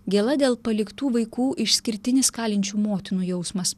gėla dėl paliktų vaikų išskirtinis kalinčių motinų jausmas